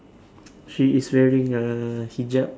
she is wearing a hijab